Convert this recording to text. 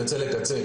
מקצה לקצה.